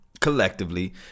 collectively